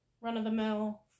run-of-the-mill